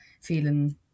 feeling